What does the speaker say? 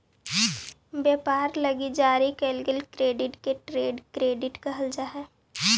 व्यापार लगी जारी कईल गेल क्रेडिट के ट्रेड क्रेडिट कहल जा हई